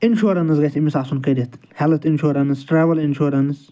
insurance گژھِ آسُن أمِس کٔرِتھ ہٮ۪لٕتھ اِنٛشورَنٕس ٹراوٕل اِنٛشورَنٕس